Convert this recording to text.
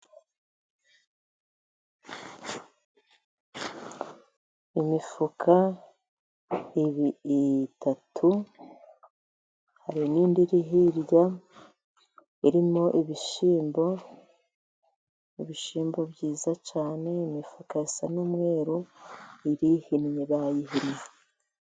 Imifuka itatu hari n'indi iri hirya irimo ibishyimbo, ibishyimbo byiza cyane, imifuka isa n'umweru irihinnye, bayihinnye.